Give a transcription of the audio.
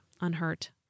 unhurt